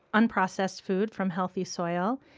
unprocessed food from healthy soil,